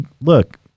look